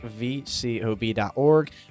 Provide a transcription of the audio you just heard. vcob.org